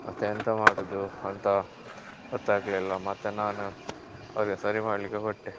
ಮತ್ತೆಂತ ಮಾಡೋದು ಅಂತ ಗೊತ್ತಾಗಲಿಲ್ಲ ಮತ್ತೆ ನಾನು ಅವರಿಗೆ ಸರಿ ಮಾಡಲಿಕ್ಕೆ ಕೊಟ್ಟೆ